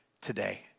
today